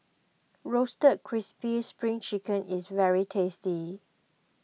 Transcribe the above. Roasted Crispy Spring Chicken is very tasty